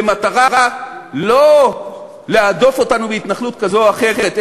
במטרה לא להדוף אותנו מהתנחלות כזאת או אחרת,